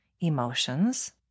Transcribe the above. emotions